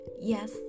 Yes